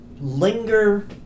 linger